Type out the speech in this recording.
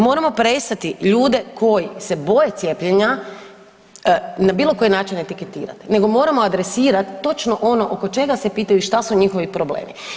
Moramo prestati ljude koji se boje cijepljenja, na bilokoji način etiketirati nego moramo adresirat točno ono oko čega se pitaju šta su njihovi problemi.